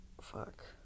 Fuck